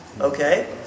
Okay